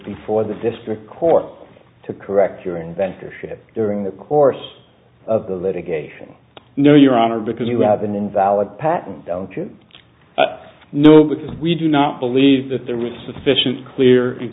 before the district court to correct your inventor shit during the course of the litigation no your honor because you have an invalid patent don't you know because we do not believe that there was sufficient clear